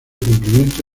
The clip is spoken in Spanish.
cumplimiento